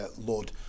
Lord